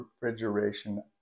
refrigeration